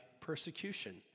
persecution